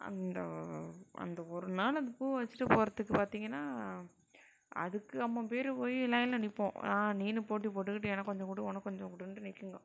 அந்த அந்த ஒரு நாள் அந்த பூவை வச்சுட்டு போறதுக்கு பார்த்திங்கன்னா அதுக்கு அம்மம் பேர் போய் லையனில் நிற்போம் நான் நீனு போட்டி போட்டுக்கிட்டு எனக்கு கொஞ்சம் கொடு உனக்கு கொஞ்சம் கொடுன்ட்டு நிற்குங்கோ